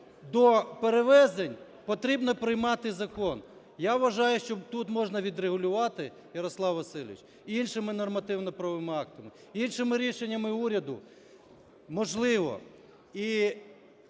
до перевезень потрібно приймати закон. Я вважаю, що тут можна відрегулювати, Ярославе Васильовичу, іншими нормативними правовими актами, іншими рішеннями уряду. Можливо.